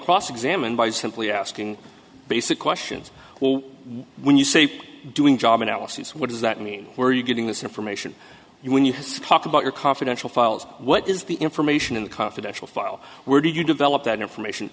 cross examined by simply asking basic questions well when you say doing job analysis what does that mean where are you getting this information you when you talk about your confidential files what is the information in the confidential file were did you develop that information